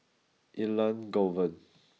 Elangovan